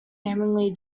namely